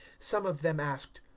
some of them asked,